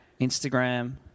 Instagram